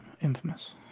Infamous